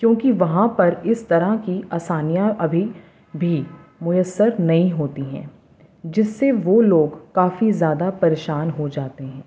کیونکہ وہاں پر اس طرح کی آسانیاں ابھی بھی میسر نہیں ہوتی ہیں جس سے وہ لوگ کافی زیادہ پریشان ہو جاتے ہیں